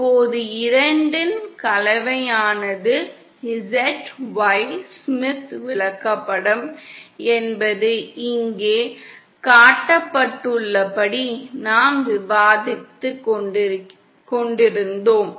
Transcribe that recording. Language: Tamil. இப்போது 2 இன் கலவையானது Z Y ஸ்மித் விளக்கப்படம் என்பது இங்கே காட்டப்பட்டுள்ளபடி நாம் விவாதித்துக் கொண்டிருந்தோம்